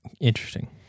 Interesting